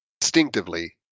Instinctively